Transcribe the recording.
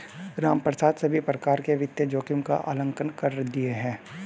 रामप्रसाद सभी प्रकार के वित्तीय जोखिम का आंकलन कर लिए है